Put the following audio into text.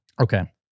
Okay